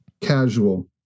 casual